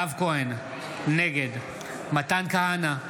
נגד מתן כהנא,